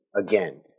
again